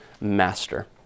master